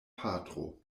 patro